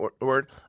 word